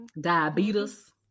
Diabetes